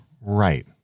Right